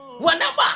Whenever